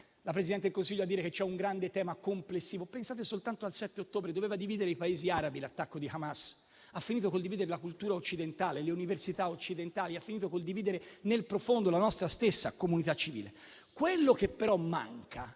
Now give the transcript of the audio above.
la Presidente del Consiglio a dire che c'è un grande tema complessivo. Pensate soltanto al 7 ottobre: l'attacco di Hamas doveva dividere i Paesi arabi, ma ha finito con il dividere la cultura occidentale e le università occidentali; ha finito con il dividere nel profondo la nostra stessa comunità civile. Quello che però manca